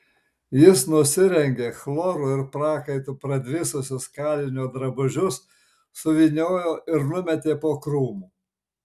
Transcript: jis nusirengė chloru ir prakaitu pradvisusius kalinio drabužius suvyniojo ir numetė po krūmu